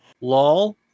lol